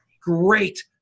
great